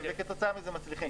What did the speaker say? וכתוצאה מזה מצליחים.